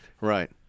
Right